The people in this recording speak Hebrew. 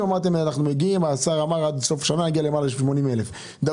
אמרת לי - השר אמר - שעד סוף השנה יהיו למעלה מ-80 אלף יחידות דיור,